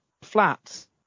flats